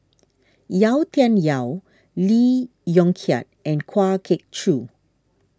Yau Tian Yau Lee Yong Kiat and Kwa Geok Choo